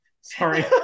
Sorry